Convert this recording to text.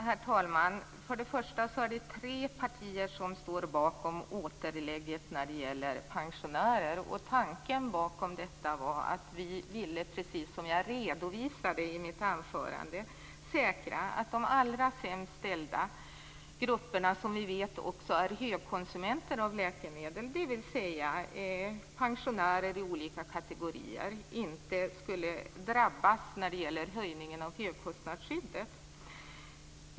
Herr talman! För det första är det tre partier som står bakom återlägget för pensionärer. Tanken bakom detta var, precis som jag redovisade i mitt anförande, att vi ville säkra att de allra sämst ställda grupperna, som vi också vet är högkonsumenter av läkemedel, dvs. pensionärer i olika kategorier, inte skulle drabbas av höjningen av högkostnadsskyddet.